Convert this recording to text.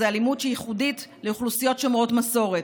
היא אלימות שהיא ייחודית לאוכלוסיות שומרות מסורת.